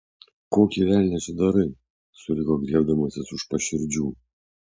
kokį velnią čia darai suriko griebdamasis už paširdžių